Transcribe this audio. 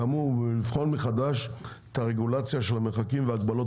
כאמור ולבחון מחדש את הרגולציה של המרחקים וההגבלות